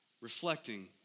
reflecting